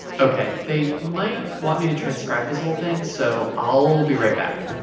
ok. they might want me to transcribe this whole thing, so i'll be right back